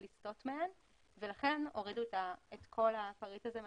לסטות מהן ולכן הורידו את כל הפריט הזה מהתוספת.